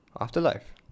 afterlife